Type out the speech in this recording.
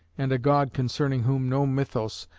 and a god concerning whom no mythos,